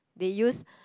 they use